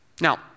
Now